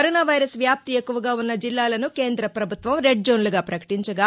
corona virus వ్యాప్తి ఎక్కువగా ఉన్న జిల్లాలను కేంద వభుత్వం రెడ్ జోన్లగా ప్రకటించగా